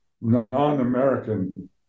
non-American